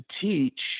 teach